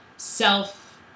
Self